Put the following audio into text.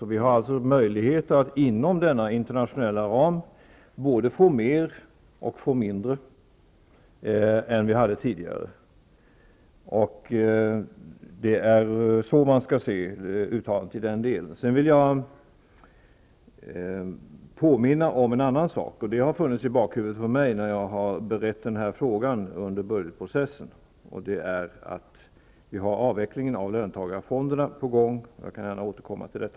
Inom denna internationella ram har vi alltså möjligheten att få mer, men vi kan även få mindre än vad vi hade tidigare. Det är så man skall se detta uttalande. Sedan vill jag påminna om en annan sak. Det har funnits i bakhuvudet på mig när jag har berett den här frågan under budgetprocessen. Det är att vi har avvecklingen av löntagarfonderna på gång, och jag skall gärna återkomma till detta.